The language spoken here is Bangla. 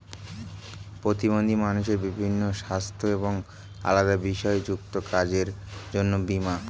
প্রতিবন্ধী মানুষদের বিভিন্ন সাস্থ্য এবং আলাদা বিষয় যুক্ত কাজের জন্য বীমা